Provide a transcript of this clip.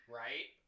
right